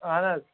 اہن حظ